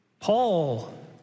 Paul